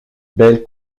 belle